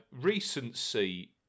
recency